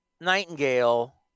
Nightingale –